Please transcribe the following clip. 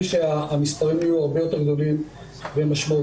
שהמספרים יהיו הרבה יותר גדולים ומשמעותיים.